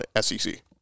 SEC